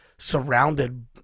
surrounded